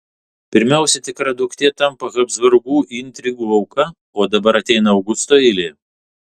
pirmiausia tikra duktė tampa habsburgų intrigų auka o dabar ateina augusto eilė